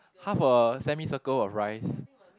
half a semi circle of rice